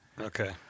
Okay